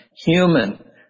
human